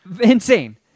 Insane